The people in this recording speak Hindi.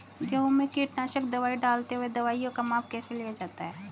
गेहूँ में कीटनाशक दवाई डालते हुऐ दवाईयों का माप कैसे लिया जाता है?